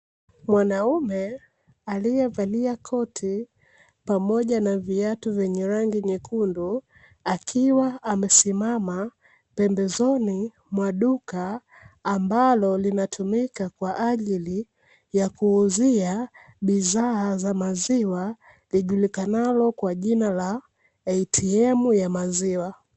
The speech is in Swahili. Mwanaume aliyevalia koti pamoja na viatu vyenye rangi nyekundu, akiwa amesimama pembezoni mwa duka ambalo linatumika kwa ajili ya kuuzia bidhaa za maziwa lijulikanalo kwa jina la "ATM ya maziwa".